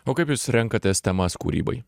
o kaip jūs renkatės temas kūrybai